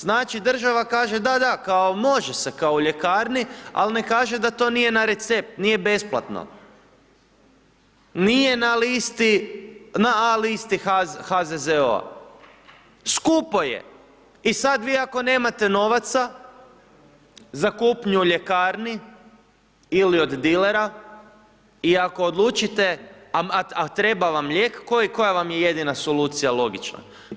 Znači, država kaže da, da, kao može se kao u ljekarni, ali ne kaže da to nije na recept, nije besplatno, nije na A listi HZZO-a, skupo je i sad vi ako nemate novaca za kupnju u ljekarni ili od dilera i ako odlučite, a treba vam lijek, koja vam je jedina solucija logična?